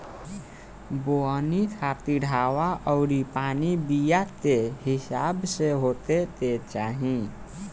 बोवनी खातिर हवा अउरी पानी बीया के हिसाब से होखे के चाही